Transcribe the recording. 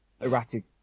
erratic